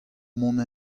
mont